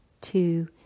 two